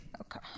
Okay